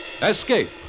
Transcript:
Escape